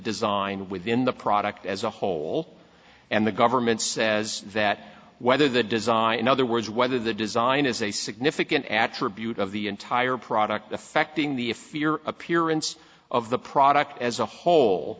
design within the product as a whole and the government says that whether the design in other words whether the design is a significant attribute of the entire product affecting the if appearance of the product as a whole